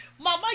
Mama